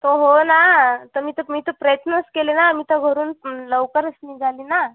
हो हो ना तर मी तर मी तर प्रयत्नच केले ना मी तर घरून लवकरच निघाले ना